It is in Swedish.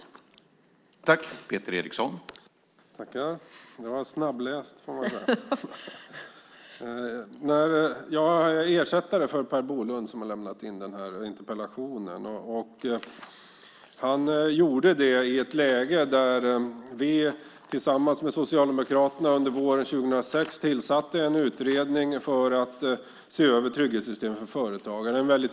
Då Per Bolund, som framställt interpellationen, anmält att han var förhindrad att närvara vid sammanträdet medgav talmannen att Peter Eriksson i stället fick delta i överläggningen.